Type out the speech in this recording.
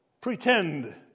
pretend